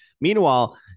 Meanwhile